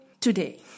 today